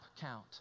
count